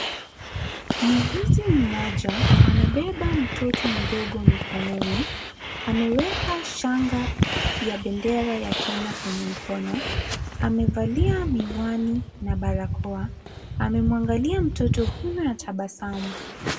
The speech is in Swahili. Muuguzi mmoja amebeba mtoto mdogo mikononi, ameweka shanga ya bendera ya Kenya kwenye mkono, amevalia miwani na barakoa, amemwangalia mtoto huyu na tabasamu.